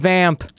Vamp